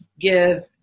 give